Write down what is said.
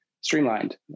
streamlined